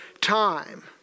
time